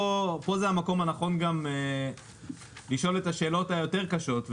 פה זה המקום הנכון לשאול את השאלות היותר קשות.